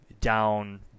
down –